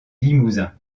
limousin